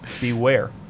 Beware